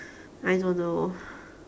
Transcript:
I don't know